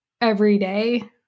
everyday